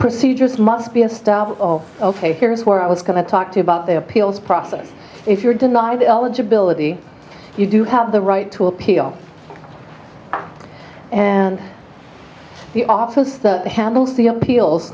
procedures must be a staff of ok here is where i was going to talk to about the appeals process if you're denied eligibility you do have the right to appeal and the office that handles the appeals